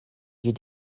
you